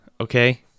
Okay